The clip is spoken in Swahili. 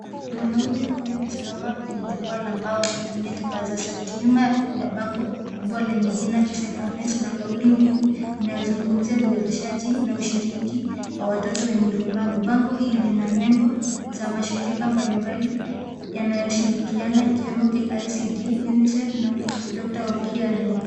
Mwanaume huyu amesimama kwenye jukwaa la mbao akitumia kipasa sauti nyuma yake kuna bango kubwa lenye jina KISE Conference na kauli mbiu inazungumzia uwezeshaji na ushiriki wa watoto wenye ulemavu. Bango hii ina nembo za mashirika yanayoshirikiana ikiwemo KICD, UNICEF na Doctor of Hearing.